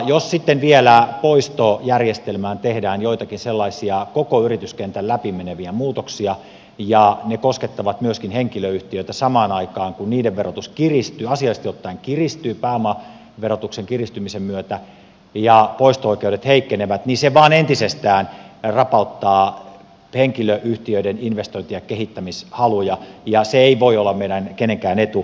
jos sitten vielä poistojärjestelmään tehdään joitakin sellaisia koko yrityskentän läpi meneviä muutoksia ja ne koskettavat myöskin henkilöyhtiöitä samaan aikaan kun niiden verotus asiallisesti ottaen kiristyy pääomaverotuksen kiristymisen myötä ja poisto oikeudet heikkenevät niin se vain entisestään rapauttaa henkilöyhtiöiden investointi ja kehittämishaluja ja se ei voi olla meidän kenenkään etu